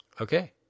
okay